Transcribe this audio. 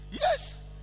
yes